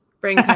bring